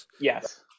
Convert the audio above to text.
Yes